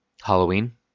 Halloween